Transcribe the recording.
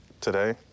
today